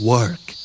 Work